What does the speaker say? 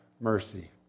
mercy